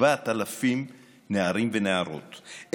7,000 נערים ונערות,